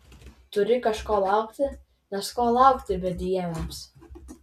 turi kažko laukti nes ko laukti bedieviams